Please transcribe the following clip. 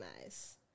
nice